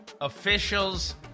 officials